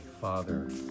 Father